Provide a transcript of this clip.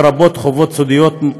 לרבות חובת סודיות.